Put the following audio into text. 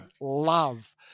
love